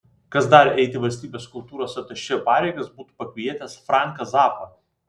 kas dar eiti valstybės kultūros atašė pareigas būtų pakvietęs franką zappą